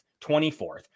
24th